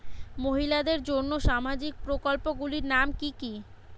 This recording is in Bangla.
মহিলাদের জন্য সামাজিক প্রকল্প গুলির নাম কি কি?